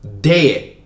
Dead